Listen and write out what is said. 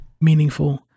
meaningful